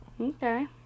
Okay